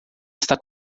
está